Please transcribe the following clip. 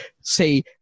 say